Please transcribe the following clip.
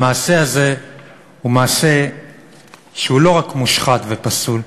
המעשה הזה הוא מעשה שהוא לא רק מושחת ופסול,